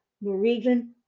norwegian